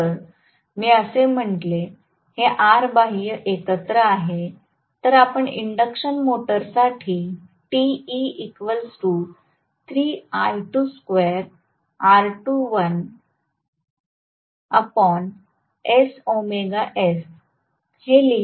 म्हणून जर मी असे म्हटले हे R बाह्य एकत्र आहे तर आपण इंडक्शन मोटरसाठी हे लिहिले